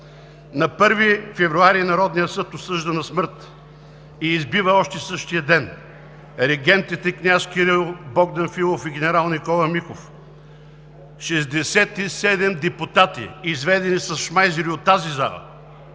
На 1 февруари Народният съд осъжда на смърт и избива още същия ден регентите княз Кирил, Богдан Филов и генерал Никола Михов. Шестдесет и седем депутати, изведени с шмайзери от тази зала,